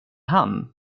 han